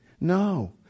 No